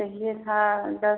lower चाहिये था दस